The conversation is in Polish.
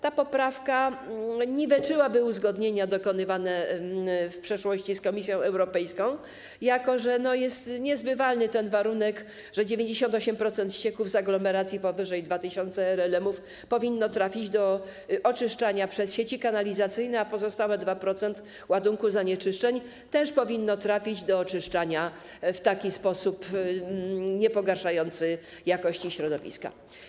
Ta poprawka niweczyłaby uzgodnienia dokonywane w przeszłości z Komisją Europejską, jako że niezbywalny jest warunek, że 98% ścieków z aglomeracji powyżej 2 tys. RLM-ów powinno trafić do oczyszczania przez sieci kanalizacyjne, a pozostałe 2% ładunku zanieczyszczeń powinno trafić do oczyszczania w sposób również niepogarszający jakości środowiska.